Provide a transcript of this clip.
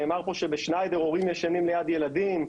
נאמר פה שבשניידר הורים ישנים ליד ילדים.